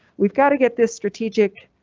we've got to get this strategic